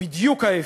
בדיוק ההפך.